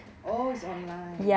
oh it's online